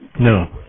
No